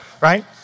right